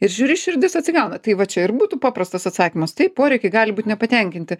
ir žiūri širdis atsigauna tai va čia ir būtų paprastas atsakymas taip poreikiai gali būt nepatenkinti